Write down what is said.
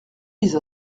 vise